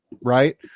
Right